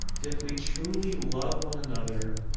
if we truly love one another,